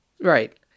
right